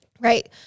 Right